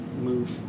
move